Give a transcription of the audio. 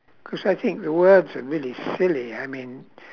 cause I think the words are really silly I mean